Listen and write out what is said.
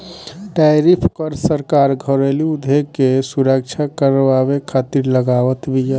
tariff कर सरकार घरेलू उद्योग के सुरक्षा करवावे खातिर लगावत बिया